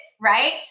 right